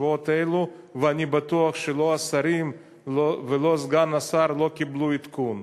ואני בטוח שלא השרים ולא סגן השר קיבלו עדכון.